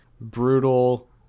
brutal